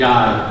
God